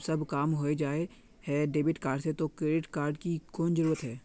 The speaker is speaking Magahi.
जब सब काम होबे जाय है डेबिट कार्ड से तो क्रेडिट कार्ड की कोन जरूरत है?